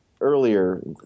earlier